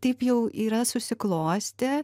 taip jau yra susiklostę